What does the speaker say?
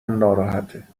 ناراحته